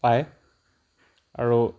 পায় আৰু